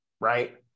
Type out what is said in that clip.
right